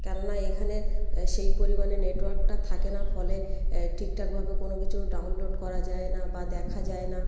কেননা এখানে সেই পরিমাণে নেটওয়ার্কটা থাকে না ফলে ঠিকঠাকভাবে কোনো কিছু ডাউনলোড করা যায় না বা দেখা যায় না